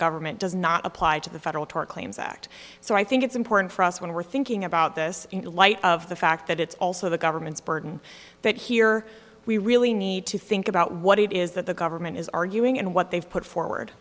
government does not apply to the federal tort claims act so i think it's important for us when we're thinking about this in light of the fact that it's also the government's burden that here we really need to think about what it is that the government is arguing and what they've put forward